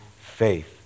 faith